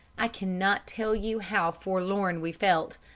i cannot tell you how forlorn we felt,